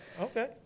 okay